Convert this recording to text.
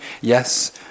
Yes